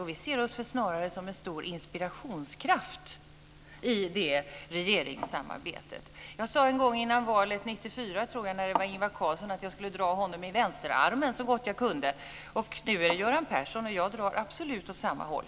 Och vi ser oss väl snarare som en stor inspirationskraft i det regeringssamarbetet. Jag sade en gång - jag tror att det var före valet 1994 - att jag skulle dra Ingvar Carlsson i vänsterarmen så gott jag kunde. Och nu är det Göran Persson, och jag drar absolut åt samma håll.